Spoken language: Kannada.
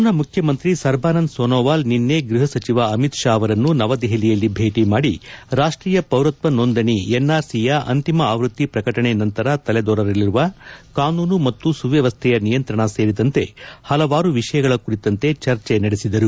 ಅಸ್ಟಾಂನ ಮುಖ್ಯಮಂತ್ರಿ ಸರ್ಬಾನಂದ್ ಸೋನೊವಾಲ್ ನಿನ್ನೆ ಗ್ಬಹ ಸಚಿವ ಅಮಿತ್ ಶಾ ಅವರನ್ನು ನವದೆಹಲಿಯಲ್ಲಿ ಭೇಟಿ ಮಾಡಿ ರಾಷ್ಟೀಯ ಪೌರತ್ವ ನೋಂದಣಿ ಎನ್ಆರ್ಸಿಯ ಅಂತಿಮ ಅವೃತ್ತಿ ಪ್ರಕಟಣೆ ನಂತರ ತಲೆದೋರಲಿರುವ ಕಾನೂನು ಮತ್ತು ಸುವ್ಯವಸ್ಥೆಯ ನಿಯಂತ್ರಣ ಸೇರಿದಂತೆ ಹಲವಾರು ವಿಷಯಗಳ ಕುರಿತಂತೆ ಚರ್ಚೆ ನಡೆಸಿದರು